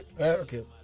Okay